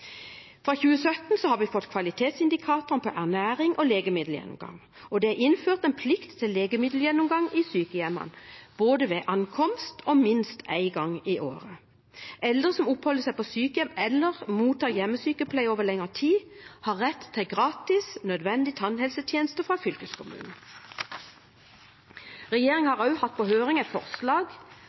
er innført en plikt til legemiddelgjennomgang i sykehjemmene, både ved ankomst og minst én gang i året. Eldre som oppholder seg på sykehjem eller mottar hjemmesykepleie over lengre tid, har rett til gratis nødvendig tannhelsetjeneste fra fylkeskommunen. Regjeringen har også hatt på høring et forslag